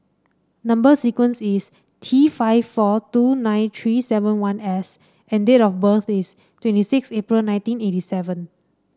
number sequence is T five four two nine three seven one S and date of birth is twenty six April nineteen eighty seven